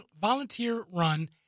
volunteer-run